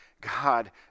God